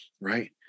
right